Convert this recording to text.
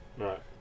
Right